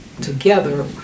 together